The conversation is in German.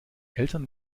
eltern